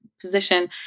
position